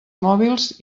mòbils